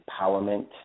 empowerment